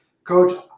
Coach